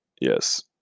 Yes